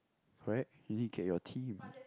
right you need to get your team